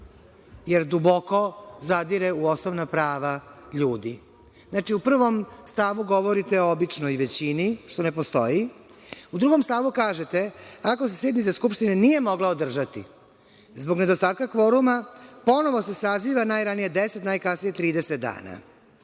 jer duboko zadire u osnovna prava ljudi. Znači, u prvom stavu govorite o običnoj većini, što ne postoji. U drugom stavu kažete – ako se sednica skupštine nije mogla održati zbog nedostatka kvoruma, ponovo se saziva najranije deset, a najkasnije 30 dana.